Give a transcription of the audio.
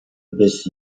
bis